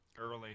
Early